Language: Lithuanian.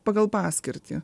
pagal paskirtį